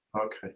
Okay